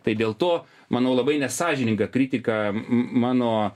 tai dėl to manau labai nesąžininga kritika mano